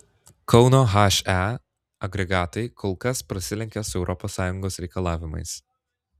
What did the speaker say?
kauno he agregatai kol kas prasilenkia su europos sąjungos reikalavimais